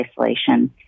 isolation